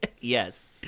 Yes